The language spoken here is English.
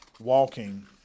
walking